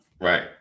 right